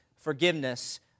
forgiveness